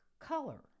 color